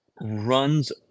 Runs